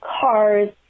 cars